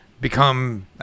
become